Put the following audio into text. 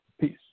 Peace